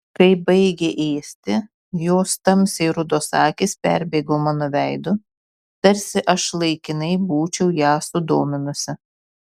kai baigė ėsti jos tamsiai rudos akys perbėgo mano veidu tarsi aš laikinai būčiau ją sudominusi